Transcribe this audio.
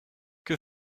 que